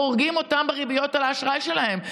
הורגים אותם בריביות על האשראי שלהם.